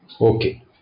Okay